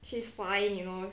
she's fine you know